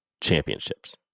championships